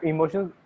Emotions